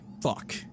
Fuck